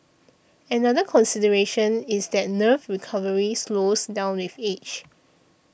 another consideration is that nerve recovery slows down with age